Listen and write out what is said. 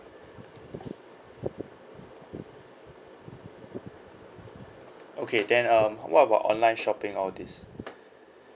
okay then um what about online shopping all this